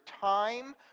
time